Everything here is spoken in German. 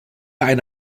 eine